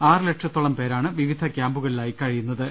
ആറ് ലക്ഷത്തോളം പേരാണ് വിവിധ ക്യാമ്പുകളിലായി കഴിയുന്ന ത്